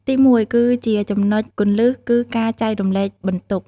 ទីមួយ និងជាចំណុចគន្លឹះ គឺ ការចែករំលែកបន្ទុក។